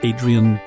Adrian